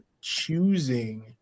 choosing